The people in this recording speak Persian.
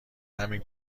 همین